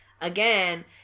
again